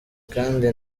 kandi